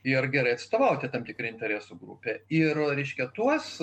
ir gerai atstovauti tam tikrą interesų grupę ir reiškia tuos